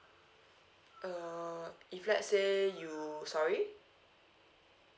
uh if let's say you sorry